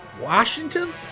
Washington